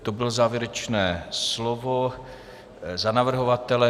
To bylo závěrečné slovo za navrhovatele.